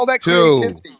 two